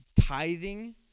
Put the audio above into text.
tithing